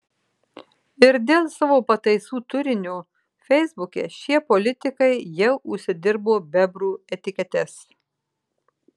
ir dėl savo pataisų turinio feisbuke šie politikai jau užsidirbo bebrų etiketes